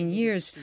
years